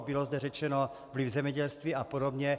Bylo zde řečeno vliv zemědělství a podobně.